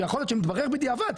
שיכול להיות שמתברר בדיעבד,